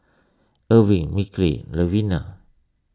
Erving Micky Levina